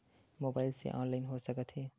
Mobile से online हो सकत हे?